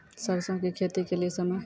सरसों की खेती के लिए समय?